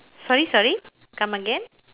sorry sorry come again